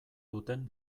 duten